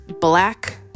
black